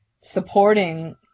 supporting